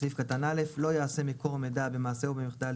לא יעשה מקור מידע במעשה או במחדל,